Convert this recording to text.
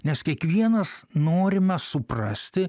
nes kiekvienas norime suprasti